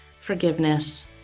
forgiveness